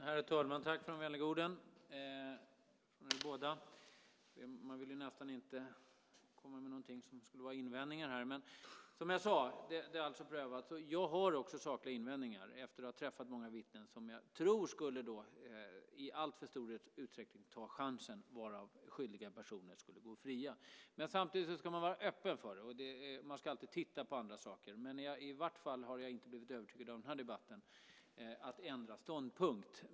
Herr talman! Tack för de vänliga orden från er båda. Man vill nästan inte komma med någonting som skulle vara invändningar, men som jag sade är det alltså prövat. Jag har också sakliga invändningar efter att ha träffat många vittnen, som jag tror i alltför stor utsträckning skulle ta chansen så att skyldiga personer skulle kunna gå fria. Samtidigt ska man alltid vara öppen och titta på andra saker. Jag har i vart fall inte i den här debatten blivit övertygad om att ändra ståndpunkt.